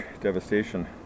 devastation